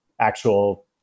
actual